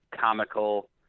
comical